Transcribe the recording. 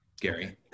gary